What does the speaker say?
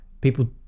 people